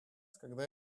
когда